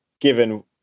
given